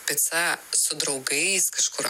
pica su draugais kažkur